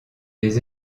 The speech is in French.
les